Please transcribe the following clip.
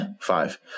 five